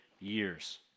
years